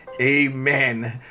Amen